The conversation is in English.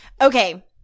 okay